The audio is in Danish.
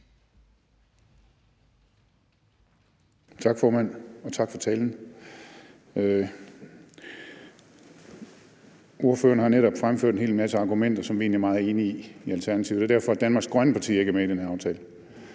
Tak, formand, og tak for talen tak. Ordføreren har netop fremført en hel masse argumenter, som vi egentlig er meget enige i Alternativet. Det er derfor, Danmarks grønne parti ikke er med i den her aftale.